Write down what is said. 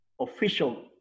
official